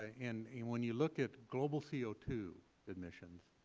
ah and and when you look at global c o two emissions,